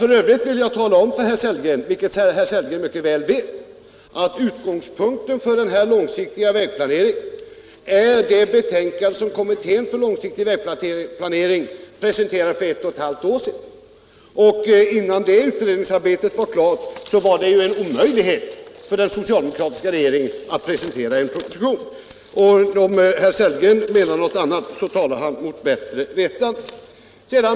F. ö. vill jag tala om för herr Sellgren — vilket herr Sellgren egentligen redan mycket väl vet — att utgångspunkten för den långsiktiga vägplaneringen är det betänkande som kommittén för långsiktig vägplanering presenterade för ett och ett halvt år sedan. Innan det utredningsarbetet var klart var det en omöjlighet för den socialdemokratiska regeringen att presentera någon proposition. Om herr Sellgren menar något annat talar han mot bättre vetande.